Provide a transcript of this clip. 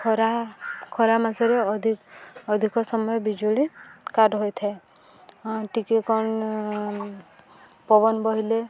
ଖରା ଖରା ମାସରେ ଅଧିକ ଅଧିକ ସମୟ ବିଜୁଳି କାଟ ହୋଇଥାଏ ହଁ ଟିକେ କ'ଣ ପବନ ବହିଲେ